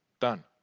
Done